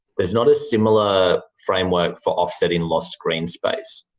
there's not a similar framework for offsetting lost green space.